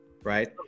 right